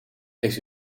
heeft